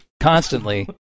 constantly